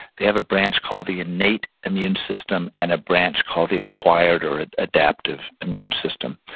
they have a branch called the innate immune system and a branch called the acquired or adaptive immune system,